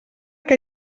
que